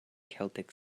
celtic